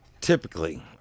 Typically